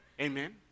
Amen